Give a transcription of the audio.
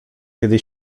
kiedy